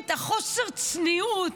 חוסר הצניעות,